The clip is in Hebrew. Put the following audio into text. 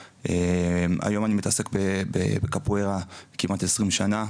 היום אני מתעסק בקפוארה כמעט כ-20 שנים,